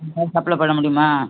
உங்களால் சப்ளே பண்ண முடியுமா